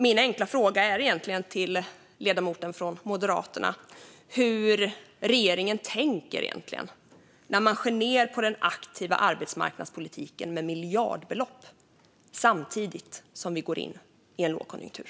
Min enkla fråga till ledamoten från Moderaterna är: Hur tänker regeringen när man skär ned på den aktiva arbetsmarknadspolitiken med miljardbelopp samtidigt som vi går in i en lågkonjunktur?